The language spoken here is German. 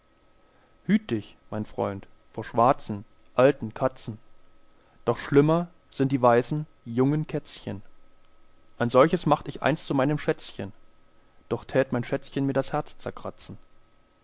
hüt dich mein freund vor schwarzen alten katzen doch schlimmer sind die weißen jungen kätzchen ein solches macht ich einst zu meinem schätzchen doch tät mein schätzchen mir das herz zerkratzen